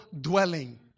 dwelling